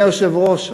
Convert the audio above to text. אדוני היושב-ראש,